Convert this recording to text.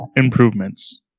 improvements